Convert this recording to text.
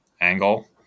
angle